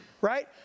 right